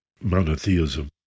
monotheism